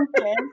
okay